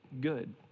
good